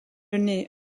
naît